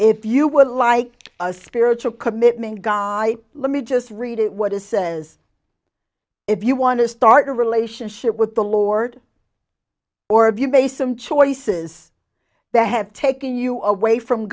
if you would like a spiritual commitment guy let me just read it what is says if you want to start a relationship with the lord or if you pay some choices that have taken you away from